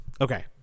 okay